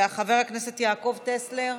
חבר הכנסת יעקב טסלר,